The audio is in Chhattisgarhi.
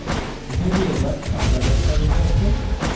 ऋण ले बर का का दस्तावेज लगथे?